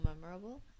memorable